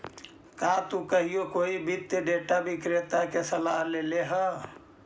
का तु कहियो कोई वित्तीय डेटा विक्रेता के सलाह लेले ह?